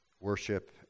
worship